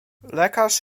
lekarz